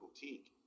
boutique